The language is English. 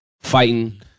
fighting